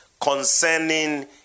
concerning